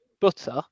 butter